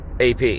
AP